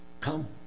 Come